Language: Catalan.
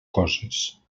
coses